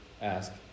Ask